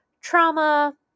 trauma